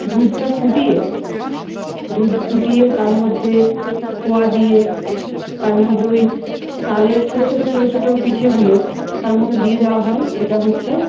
দুধটা ফুটিয়ে দুধ ফুটিয়ে তার মধ্যে খোয়া দিয়ে তার মধ্যে ওই চালের ছোটো ছোটো ছোটো ছোটো পিঠেগুলো তার মধ্যে দিয়ে দেওয়া হয় সেটা হচ্ছে